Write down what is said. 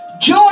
joy